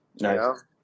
Nice